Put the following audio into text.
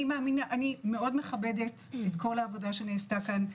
אני מאוד מכבדת את כל העבודה שנעשתה כאן,